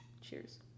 Cheers